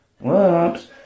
Whoops